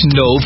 no